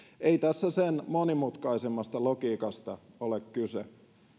ei tässä sen monimutkaisemmasta logiikasta ole kyse